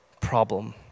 problem